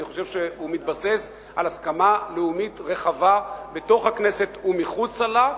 אני חושב שהוא מתבסס על הסכמה לאומית רחבה בתוך הכנסת ומחוצה לה.